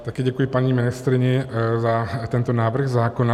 Taky děkuji paní ministryni za tento návrh zákona.